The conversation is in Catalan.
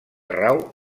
rau